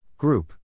Group